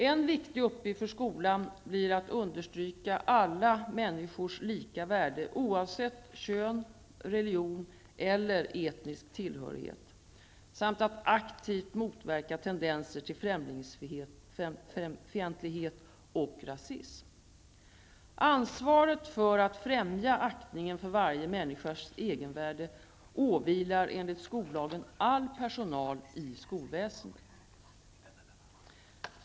En viktig uppgift för skolan blir att understryka alla människors lika värde oavsett kön, religion eller etnisk tillhörighet samt att aktivt motverka tendenser till främlingsfientlighet och rasism. Ansvaret för att främja aktningen för varje människas egenvärde åvilar enligt skollagen all personal i skolväsendet.